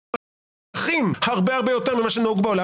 מופרכים הרבה יותר ממה שנהוג בעולם.